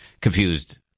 confused